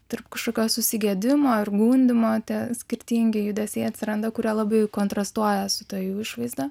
tarp kažkokio susigėdimo ar gundymo tie skirtingi judesiai atsiranda kurie labai kontrastuoja su ta jų išvaizda